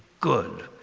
good.